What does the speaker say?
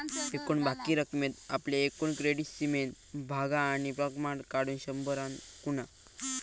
एकूण बाकी रकमेक आपल्या एकूण क्रेडीट सीमेन भागा आणि प्रमाण काढुक शंभरान गुणा